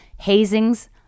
hazings